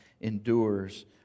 endures